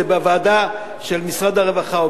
שזה בוועדה של משרד הרווחה,